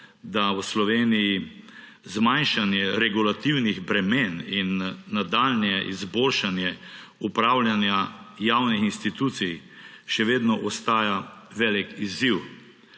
da v Sloveniji zmanjšanje regulativnih bremen in nadaljnje izboljšanje upravljanja javnih institucij še vedno ostaja velik izziv,